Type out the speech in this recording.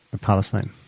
Palestine